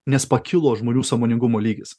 nes pakilo žmonių sąmoningumo lygis